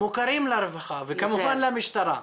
מוכרים לרווחה וכמובן למשטרה,